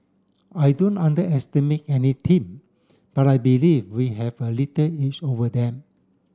I don't underestimate any team but I believe we have a little edge over them